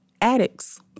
addicts